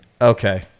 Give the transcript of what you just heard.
Okay